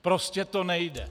Prostě to nejde.